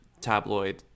tabloid